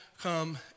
Come